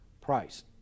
price